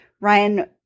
Ryan